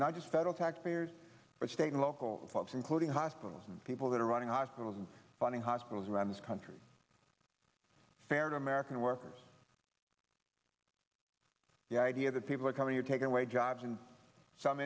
not just federal taxpayers but state and local folks including hospitals and people that are running hospitals and funding hospitals around this country fair to american workers the idea that people are coming to take away jobs in some